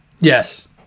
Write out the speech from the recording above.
Yes